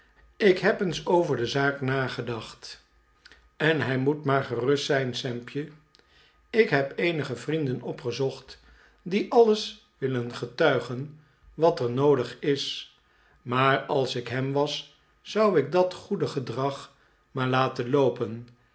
ik heb eens over de zaak nagedacht en hij moet maar gerust zijn sampje ik heb eenige vrienden opgezocht die alles willen getuigen wat er noodig is maar als ik hem was zou ik dat goede gedrag maar laten loopen